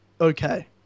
okay